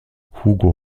hugo